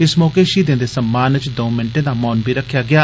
इस मौके शहीदें दे सम्मान च दौं मिट्टे दा मौन बी रक्खेआ गेआ